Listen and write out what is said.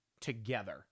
together